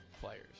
players